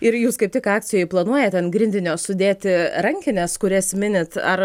ir jūs kaip tik akcijoj planuojat ant grindinio sudėti rankines kurias minit ar